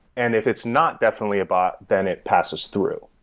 and if it's not definitely a bot, then it passes through.